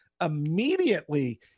immediately